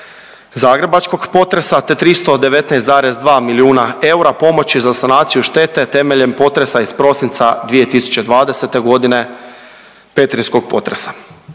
zagrebačkog potresa te 319,2 milijuna eura pomoći za sanaciju štete temeljem potresa iz prosinca 2020. godine petrinjskog potresa.